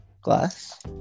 Glass